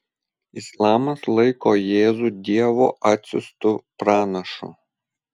islamas laiko jėzų dievo atsiųstu pranašu